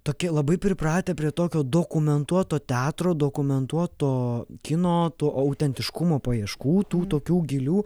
tokie labai pripratę prie tokio dokumentuoto teatro dokumentuoto kino to autentiškumo paieškų tų tokių gilių